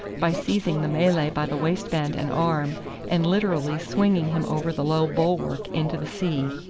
by seizing the malay by the waistband and arm and literally swinging him over the low bulwark into the sea.